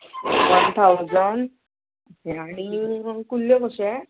one thousand आणी कुल्ल्यो कशें